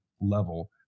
level